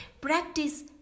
practice